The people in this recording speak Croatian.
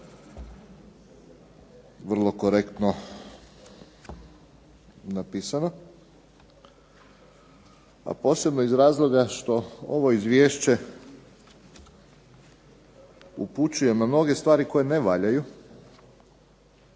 vrlo korektno napisano a posebno iz razloga što ovo izvješće upućuje na mnoge stvari koje ne valjaju,